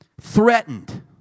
Threatened